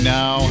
now